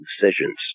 decisions